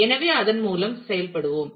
எனவே அதன் மூலம் செயல்படுவோம்